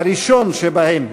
הראשון שבהם: